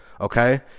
Okay